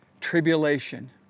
tribulation